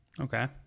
Okay